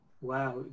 Wow